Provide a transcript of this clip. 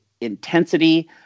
intensity